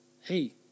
hey